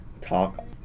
talk